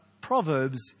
Proverbs